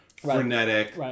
frenetic